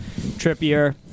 Trippier